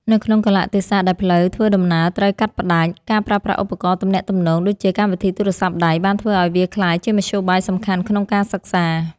នៅក្នុងកាលៈទេសៈដែលផ្លូវធ្វើដំណើរត្រូវកាត់ផ្តាច់ ការប្រើប្រាស់ឧបករណ៍ទំនាក់ទំនងដូចជាកម្មវិធីទូរស័ព្ទដៃ បានធ្វើឲ្យវាក្លាយជាមធ្យោបាយសំខាន់ក្នុងការសិក្សា។